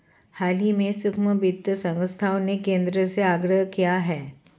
हाल ही में सूक्ष्म वित्त संस्थाओं ने केंद्र से आग्रह किया है